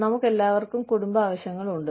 നമുക്കെല്ലാവർക്കും കുടുംബ ആവശ്യങ്ങൾ ഉണ്ട്